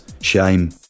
Shame